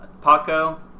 Paco